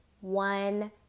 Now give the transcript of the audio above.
one